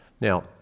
Now